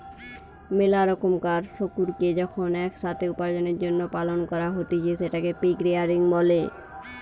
মেলা রোকমকার শুকুরকে যখন এক সাথে উপার্জনের জন্য পালন করা হতিছে সেটকে পিগ রেয়ারিং বলে